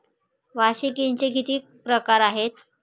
वार्षिकींचे किती प्रकार आहेत?